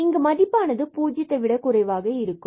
இங்கு மதிப்பானது பூஜ்ஜியத்தை விட குறைவாக இருக்கும்